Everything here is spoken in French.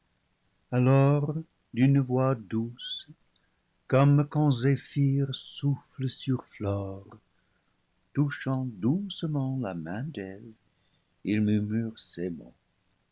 alors d'une voix douce comme quand zéphire souffle sur flore touchant doucement la main d'eve il murmure ces mots